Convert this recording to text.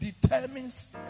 determines